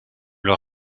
leur